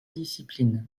disciplines